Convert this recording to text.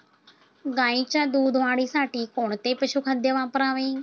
गाईच्या दूध वाढीसाठी कोणते पशुखाद्य वापरावे?